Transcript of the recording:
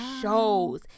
shows